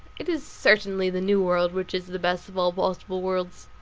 it is certainly the new world which is the best of all possible worlds.